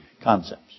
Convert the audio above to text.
concepts